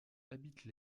habitent